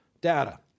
data